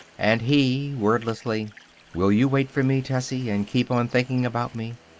and he, wordlessly will you wait for me, tessie, and keep on thinking about me?